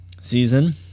season